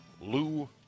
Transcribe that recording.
Lou